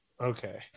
Okay